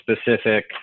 specific